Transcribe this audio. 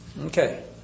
Okay